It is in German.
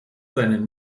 seinen